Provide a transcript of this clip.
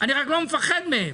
אני רק לא מפחד מהם.